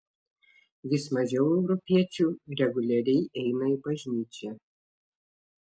vis mažiau europiečių reguliariai eina į bažnyčią